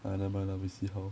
!aiya! never mind lah we see how